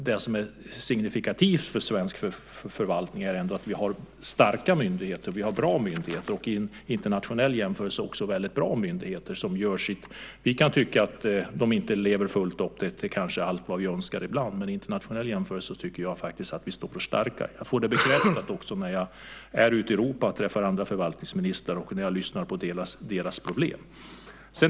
Det som är signifikativt för svensk förvaltning tycker jag ändå är att vi har starka och bra myndigheter och vid en internationell jämförelse väldigt bra myndigheter som gör sitt. Vi kan tycka att de ibland kanske inte fullt ut lever upp till allt vi önskar. Men vid en internationell jämförelse tycker jag, som sagt, att vi står för starka myndigheter. Det får jag bekräftat också när jag är ute i Europa och träffar andra förvaltningsministrar och när jag lyssnar på deras problem.